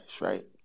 right